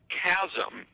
chasm